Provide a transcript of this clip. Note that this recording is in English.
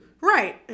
right